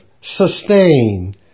sustain